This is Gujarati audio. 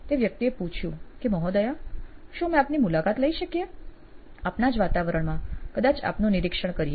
તે વ્યક્તિએ પૂછ્યું કે મહોદયા શું અમે આપની મુલાકાત લઇ શકીએ આપના જ વાતાવરણમાં કદાચ આપણું નિરીક્ષણ કરીએ